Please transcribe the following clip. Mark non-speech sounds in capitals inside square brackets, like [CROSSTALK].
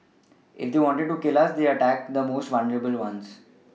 [NOISE] if they wanted to kill us they attack the most vulnerable ones